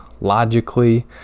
logically